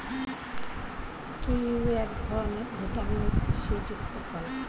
kiwi এক ধরনের vitamin C যুক্ত ফল